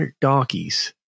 donkeys